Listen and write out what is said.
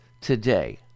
today